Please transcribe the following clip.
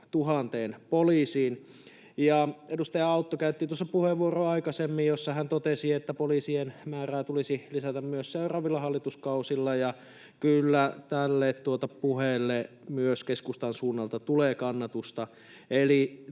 puoleentuhanteen poliisiin. Edustaja Autto käytti tuossa aikaisemmin puheenvuoron, jossa hän totesi, että poliisien määrää tulisi lisätä myös seuraavilla hallituskausilla, ja kyllä tälle puheelle myös keskustan suunnalta tulee kannatusta.